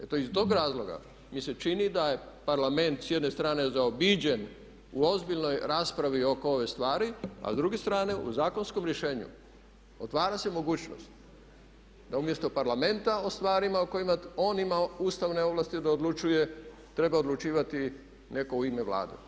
Eto iz tog razloga mi se čini da je Parlament s jedne strane zaobiđen u ozbiljnoj raspravi oko ove stvari a s druge strane u zakonskom rješenju otvara se mogućnost da umjesto Parlamenta o stvarima u kojima on ima ustavne ovlasti da odlučuje treba odlučivati netko u ime Vlade.